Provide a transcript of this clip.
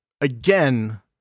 again